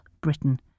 Britain